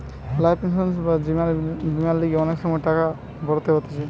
life insurance বা জীবন বীমার লিগে সময়ে সময়ে টাকা ভরতে হতিছে